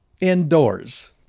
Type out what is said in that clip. Indoors